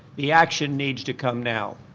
the action needs to come now.